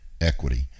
equity